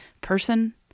person